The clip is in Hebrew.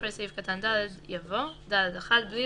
אחרי סעיף קטן (ד) יבוא: "(ד1)בלי